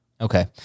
Okay